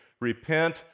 repent